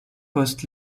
post